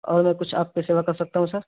اور کچھ آپ کی سیوا کر سکتا ہوں سر